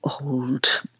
old